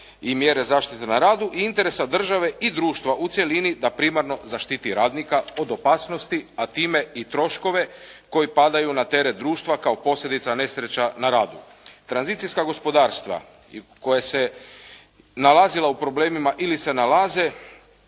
i mjere zaštite na radu i interesa države i društva u cjelini da primarno zaštiti radnika od opasnosti, a time i troškove koji padaju na teret društva kao posljedica nesreća na radu. Tranzicijska gospodarstva koja se nalazila u problemima ili se nalaze